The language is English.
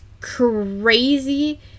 crazy